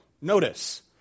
Notice